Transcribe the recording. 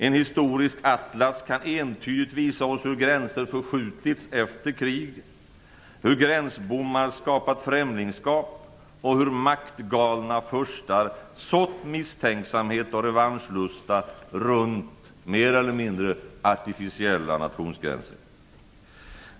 En historisk atlas kan entydigt visa oss hur gränser förskjutits efter krig, hur gränsbommar skapat främlingsskap och hur maktgalna furstar sått misstänksamhet och revanschlusta runt mer eller mindre artificiella nationsgränser.